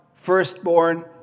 firstborn